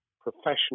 professional